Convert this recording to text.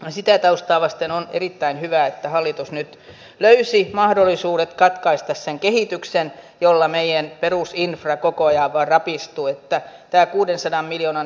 maassamme tässä asiassa on erittäin hyvä että hallitus nyt löysi mahdollisuudet katkaista sen kehitykseen jolla meijän perustin kokoja arabiistuin päättää kuudensadan miljoonan